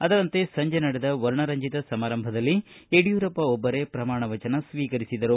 ಅದರಂತೆ ಸಂಜೆ ನಡೆದ ವರ್ಣರಂಜಿತ ಸಮಾರಂಭದಲ್ಲಿ ಯಡಿಯೂರಪ್ಪ ಒಬ್ಬರೇ ಪ್ರಮಾಣವಚನ ಸ್ವೀಕರಿಸಿದರು